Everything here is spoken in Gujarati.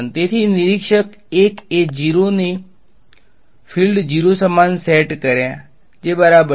તેથી નિરીક્ષક ૧ એ 0 ને ફિલ્ડ્સ 0 સમાન સેટ કર્યા જે બરાબર છે